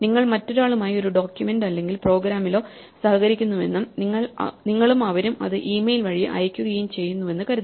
നിങ്ങൾ മറ്റൊരാളുമായി ഒരു ഡോക്യുമെന്റ് അല്ലെങ്കിൽ പ്രോഗ്രാമിലോ സഹകരിക്കുന്നുവെന്നും നിങ്ങളും അവരും അത് ഇമെയിൽ വഴി അയയ്ക്കുകയും ചെയ്യുന്നുവെന്ന് കരുതുക